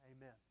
Amen